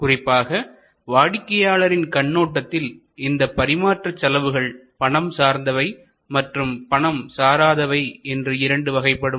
குறிப்பாக வாடிக்கையாளரின் கண்ணோட்டத்தில் இந்த பரிமாற்ற செலவுகள் பணம் சார்ந்தவை மற்றும் பணம் சாராதவை என்று இரண்டு வகைப்படும்